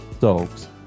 dogs